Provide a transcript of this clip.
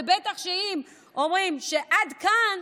ובטח שאם אומרים עד כאן,